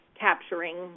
capturing